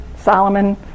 Solomon